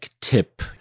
tip